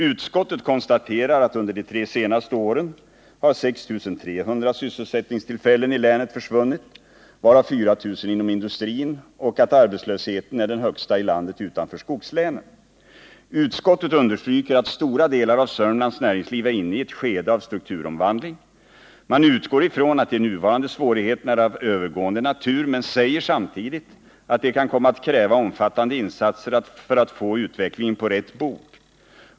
Utskottet konstaterar att under de tre senaste åren har 6 300 sysselsättningstillfällen i länet försvunnit, varav 4 000 inom industrin, och att arbetslösheten är den högsta i landet utanför skogslänen. Utskottet understryker att stora delar av Sörmlands näringsliv är inne i ett skede av strukturomvandling. Man utgår ifrån att de nuvarande svårigheterna är av övergående natur men säger samtidigt att de kan komma att kräva omfattande insatser för att få utvecklingen på rätt bog.